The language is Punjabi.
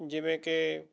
ਜਿਵੇਂ ਕਿ